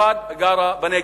במיוחד הגרה בנגב,